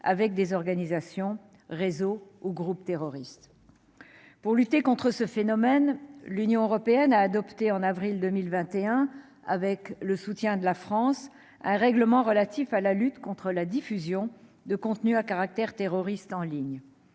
avec des organisations, réseaux ou groupes terroristes. Pour lutter contre ce phénomène, l'Union européenne a adopté en avril 2021, avec le soutien de la France, un règlement relatif à la lutte contre la diffusion des contenus à caractère terroriste en ligne.